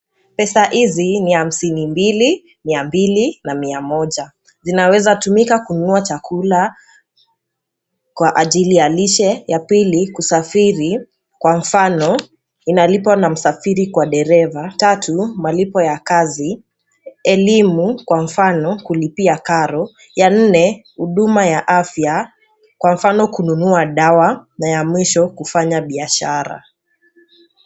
Pesa hizi ni hamsini mbili, mia mbili na mia moja. Zinawezatumika kununua chakula kwa ajili ya lishe, ya pili kusafiri kwa mfano: inalipwa na msafiri kwa dereva, tatu malipo ya kazi, elimu kwa mfano kulipia karo, ya nne huduma ya afya kwa mfano kununua dawa na ya mwisho kufanya biashara.